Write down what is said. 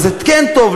וזה כן טוב,